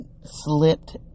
slipped